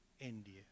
India